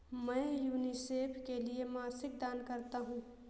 मैं यूनिसेफ के लिए मासिक दान करता हूं